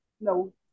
No